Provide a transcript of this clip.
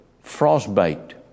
frostbite